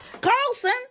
Carlson